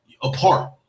apart